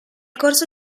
corso